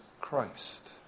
Christ